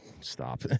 stop